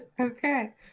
Okay